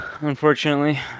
Unfortunately